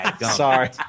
Sorry